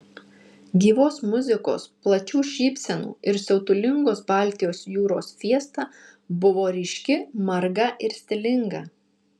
gyvos muzikos plačių šypsenų ir siautulingos baltijos jūros fiesta buvo ryški marga ir stilinga